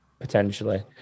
potentially